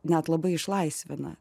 net labai išlaisvina